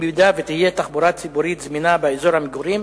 תהיה תחבורה ציבורית זמינה באזור המגורים,